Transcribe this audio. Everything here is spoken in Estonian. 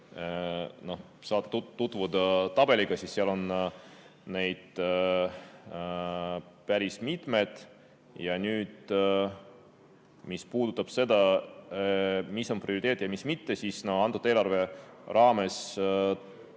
saate tutvuda tabeliga, siis seal on päris mitmed. Mis puudutab seda, mis on prioriteet ja mis mitte, siis antud eelarve raames